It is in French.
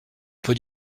peut